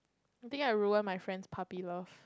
I think I ruin my friend's puppy love